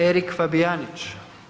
Erik Fabijanić.